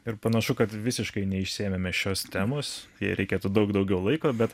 ir panašu kad visiškai neišsėmėme šios temos jai reikėtų daug daugiau laiko bet